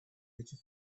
этих